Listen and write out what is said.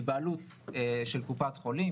עם בעלות של קופת חולים.